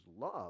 love